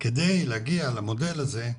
כדי להגיע למודל הזה,